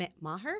Maher